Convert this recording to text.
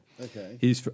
Okay